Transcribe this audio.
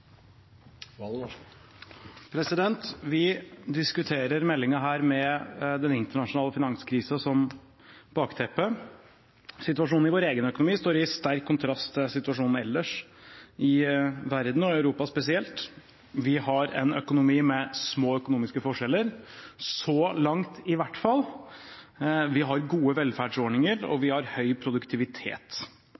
Vi diskuterer denne meldingen med den internasjonale finanskrisen som bakteppe. Situasjonen i vår egen økonomi står i sterk kontrast til situasjonen ellers i verden og i Europa spesielt. Vi har – så langt i hvert fall – en økonomi med små økonomiske forskjeller, vi har gode velferdsordninger, og vi har